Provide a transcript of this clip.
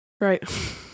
Right